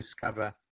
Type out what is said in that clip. discover